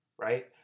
right